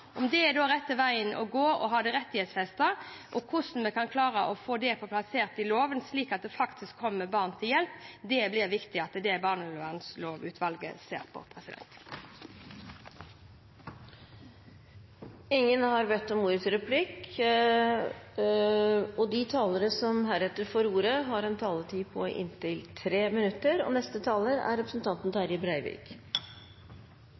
Om det er rette veien å gå å rettighetsfeste loven og hvordan vi kan klare å få det inn i loven slik at det blir til hjelp for barna, blir det viktig at barnevernlovutvalget ser på. De talere som heretter får ordet, har en taletid på inntil 3 minutter. Takk til ministeren for ein god gjennomgang og for det som eg oppfattar er